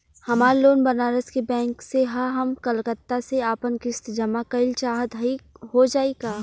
हमार लोन बनारस के बैंक से ह हम कलकत्ता से आपन किस्त जमा कइल चाहत हई हो जाई का?